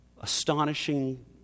astonishing